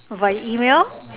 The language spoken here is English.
via email